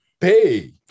pay